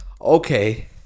okay